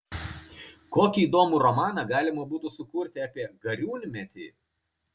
kokį įdomų romaną galima būtų sukurti apie gariūnmetį